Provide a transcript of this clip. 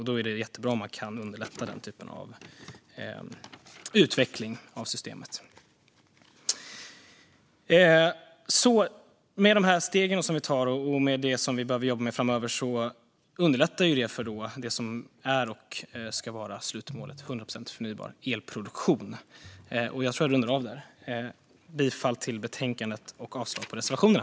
Och då är det jättebra om man kan underlätta den typen av utveckling av systemet. De steg som vi tar och det som vi behöver jobba med framöver underlättar för det som är och ska vara slutmålet: 100 procent förnybar elproduktion. Jag yrkar bifall till utskottets förslag i betänkandet och avslag på reservationerna.